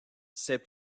ses